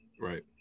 Right